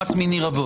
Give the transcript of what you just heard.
אחת מני רבות.